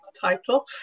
title